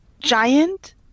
giant